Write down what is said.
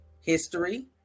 History